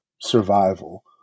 survival